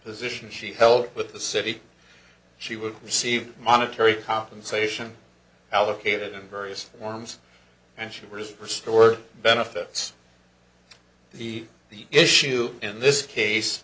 position she held with the city she would receive monetary compensation allocated in various forms and should receive restored benefits the the issue in this case